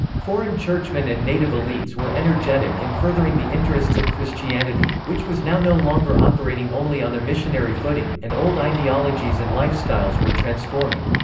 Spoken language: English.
foreign churchmen and native elites were energetic in furthering the interests of christianity, which was now no longer operating only on a missionary footing, and old ideologies and lifestyles were transforming.